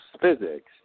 physics